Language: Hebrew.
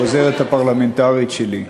העוזרת הפרלמנטרית שלי.